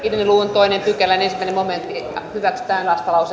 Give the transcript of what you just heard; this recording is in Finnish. pykälän ensimmäinen momentti hyväksytään vastalauseen